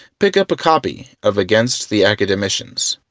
pick up a copy of against the academicians.